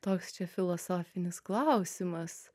toks čia filosofinis klausimas